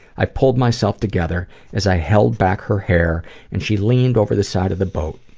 i pulled myself together as i held back her hair and she leaned over the side of the boat.